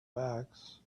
bags